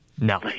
No